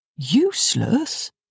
useless